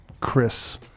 chris